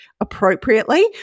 appropriately